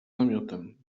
namiotem